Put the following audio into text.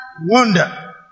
wonder